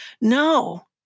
No